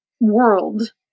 world